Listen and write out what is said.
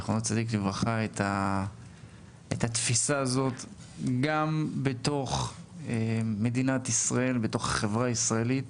את התפיסה הזאת גם בתוך מדינת ישראל וגם בתוך החברה הישראלית